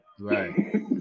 Right